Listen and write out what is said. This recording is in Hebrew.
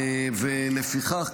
לפיכך,